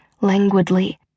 languidly